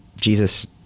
Jesus